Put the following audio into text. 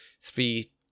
three